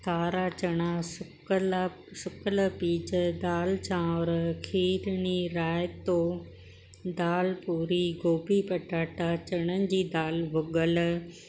कारा चणा सुकियलु सुकियलु पीज दाल चांवर खीरिणी रायतो दाल पूरी गोभी पटाटा चनण जी दाल भुॻल